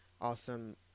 awesome